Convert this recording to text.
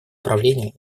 управления